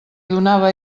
donava